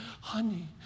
Honey